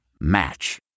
Match